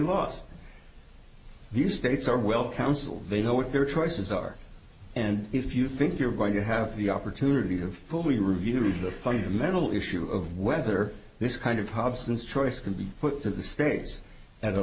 few states are well counsel they know what their choices are and if you think you're going to have the opportunity to fully review the fundamental issue of whether this kind of hobson's choice can be put to the states at a